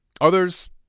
Others